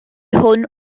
hwn